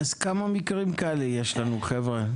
אז כמה מקרים כאלו יש לנו חבר'ה?